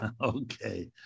Okay